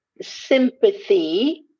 sympathy